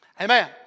Amen